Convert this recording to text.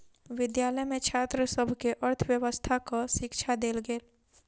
विद्यालय में छात्र सभ के अर्थव्यवस्थाक शिक्षा देल गेल